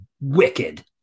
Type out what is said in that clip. wicked